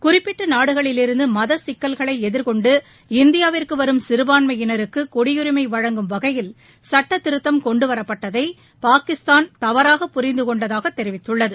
குறிப்பிட்ட நாடுகளிலிருந்து மத சிக்கல்களை எதிர்கொண்டு இந்தியாவிற்கு வரும் சிறுபான்மயினருக்கு குடியுரிமை வழங்கும் வகையில் சட்டத்திருத்தம் கொண்டுவரப்பட்டதை பாகிஸ்தான் தவறாக புரிந்து கொண்டதாக தெரிவித்துள்ளது